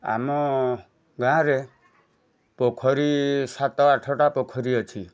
ଆମ ଗାଁରେ ପୋଖରୀ ସାତ ଆଠଟା ପୋଖରୀ ଅଛି